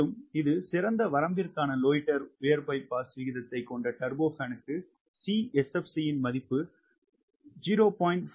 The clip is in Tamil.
மேலும் இது சிறந்த வரம்பிற்கான லொயிட்டர் உயர் பைபாஸ் விகிதத்தைக் கொண்ட டர்போபானுக்கு C SFCயின் மதிப்பு 0